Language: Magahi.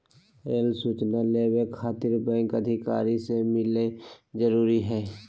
रेल सूचना लेबर खातिर बैंक अधिकारी से मिलक जरूरी है?